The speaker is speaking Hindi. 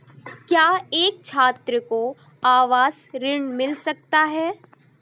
क्या एक छात्र को आवास ऋण मिल सकता है?